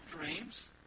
dreams